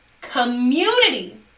community